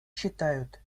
считают